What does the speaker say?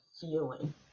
feeling